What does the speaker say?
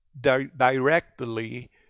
directly